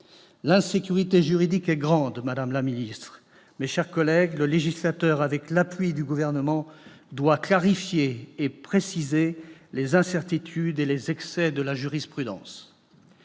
L'insécurité juridique est grande. Madame la secrétaire d'État, mes chers collègues, le législateur, avec l'appui du Gouvernement, doit clarifier et préciser les incertitudes et les excès de la jurisprudence.